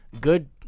good